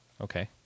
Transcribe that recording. Okay